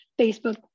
Facebook